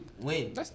win